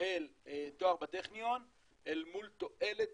אל תואר בטכניון אל מול התועלת